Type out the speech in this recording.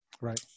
Right